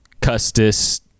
Custis